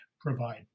provide